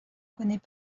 connaît